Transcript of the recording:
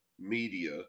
media